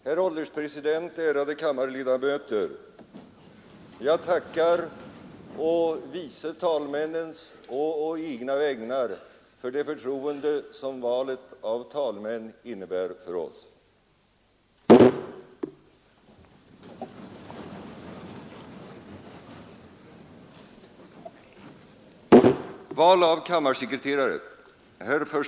Herr ålderspresident, ärade kammarledamöter! Jag tackar å vice talmännens och å egna vägnar för det förtroende som valet av talmän innebär för oss.